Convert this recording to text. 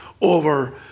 over